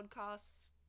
Podcasts